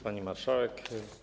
Pani Marszałek!